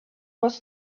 was